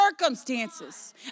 circumstances